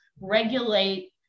regulate